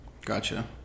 Gotcha